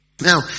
Now